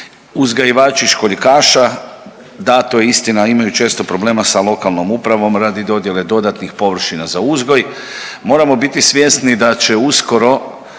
Uzgajivači školjkaša, da to je istina imaju često problema sa lokalnom upravom radi dodjele dodatnih površina za uzgoj. Moramo biti svjesni da će uskoro